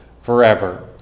forever